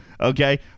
Okay